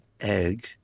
egg